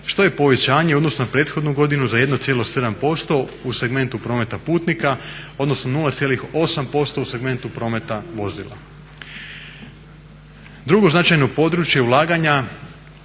što je povećanje u odnosu na prethodnu godinu za 1,7% u segmentu prometa putnika, odnosno 0,8% u segmentu prometa vozila. Drugo značajno područje ulaganja